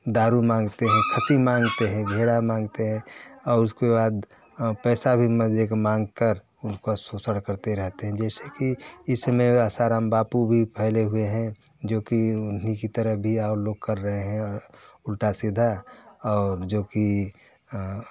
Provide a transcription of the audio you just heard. दारू माँगते हैं खुशी मांगते हैं भेड़ा माँगते हैं और उसके बाद पैसा भी मुझे माँग कर कर उसका शोषण करते रहते हैं जैसे कि इसमें आसाराम बापू भी फैले हुए हैं जो कि उन्ही की तरह भी और लोग कर रहे हैं उल्टा सीधा और जो कि